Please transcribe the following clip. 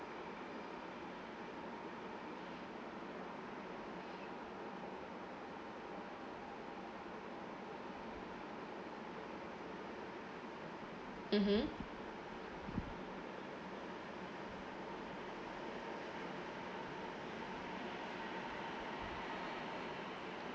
mmhmm